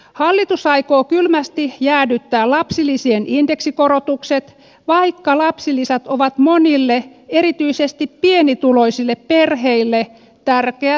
hallitus aikoo kylmästi jäädyttää lapsilisien indeksikorotukset vaikka lapsilisät ovat monille erityisesti pienituloisille perheille tärkeä tulonlähde